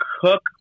cook